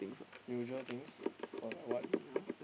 usual things but like what